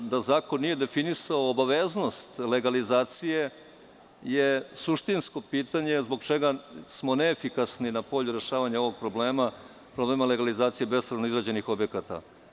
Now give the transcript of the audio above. To pitanje, da zakon nije definisao obaveznost legalizacije, je suštinsko pitanje – zbog čega smo neefikasni na polju rešavanja ovog problema, problema legalizacije bespravno izgrađenih objekata?